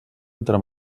entre